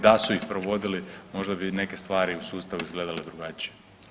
Da su ih provodili možda bi neke stvari u sustavu izgledale drugačije.